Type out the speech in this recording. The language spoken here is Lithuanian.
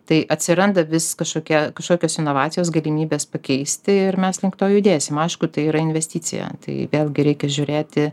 tai atsiranda vis kažkokia kažkokios inovacijos galimybės pakeisti ir mes link to judėsim aišku tai yra investicija tai vėlgi reikia žiūrėti